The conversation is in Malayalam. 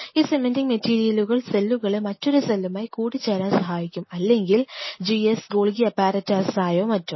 ഈ സിമെന്റിങ്മെറ്റീരിയലുകൾ സെല്ലുകളെ മറ്റൊരു സെല്ലുമായി കൂടിച്ചേരാൻ സഹായിക്കും അല്ലെങ്കിൽ GS ഗോൾഗി അപ്പാരറ്റസായോ മറ്റോ